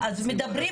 תקציבים,